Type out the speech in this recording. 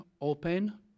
open